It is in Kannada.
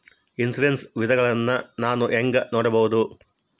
ಇನ್ಶೂರೆನ್ಸ್ ವಿಧಗಳನ್ನ ನಾನು ಹೆಂಗ ನೋಡಬಹುದು?